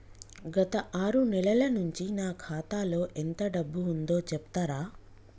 గత ఆరు నెలల నుంచి నా ఖాతా లో ఎంత డబ్బు ఉందో చెప్తరా?